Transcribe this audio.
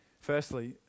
Firstly